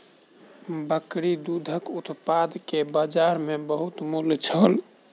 बकरी दूधक उत्पाद के बजार में बहुत मूल्य छल